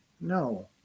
no